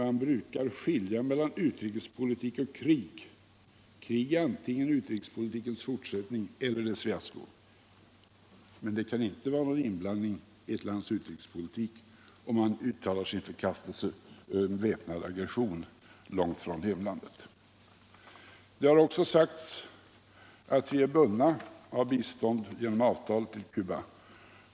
Man brukar skilja mellan utrikespolitik och krig. Krig är antingen utrikespolitikens fortsättning eller dess fiasko. Men det kan inte vara en inblandning i landets utrikespolitik om man uttalar sin förkastelse över en väpnad aggression långt från hemlandet. Det har också sagts att vi är bundna till biståndet genom avtalet med Cuba.